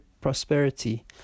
prosperity